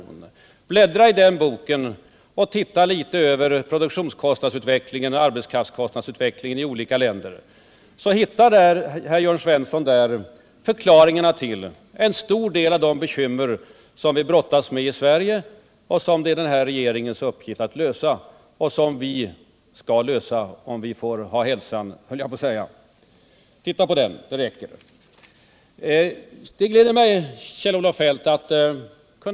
Det räcker att Jörn Svensson bläddrar i den statistiken och ser litet på produktionskostnadsoch arbetskraftskostnadsutvecklingen i olika länder för att han skall finna förklaringarna till en stor del av de bekymmer som vi brottas med här i Sverige. Det är vår regerings uppgift att komma till rätta med dem och vi skall också göra det — om vi får ha hälsan, höll jag på att säga.